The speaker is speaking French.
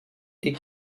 est